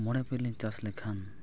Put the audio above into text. ᱢᱚᱬᱮ ᱯᱟᱹᱭᱞᱟᱹᱧ ᱪᱟᱥ ᱞᱮᱠᱷᱟᱱ